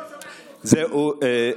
לא שמעתי על זיופים,